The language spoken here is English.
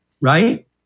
right